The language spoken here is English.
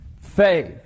faith